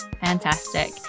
Fantastic